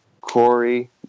Corey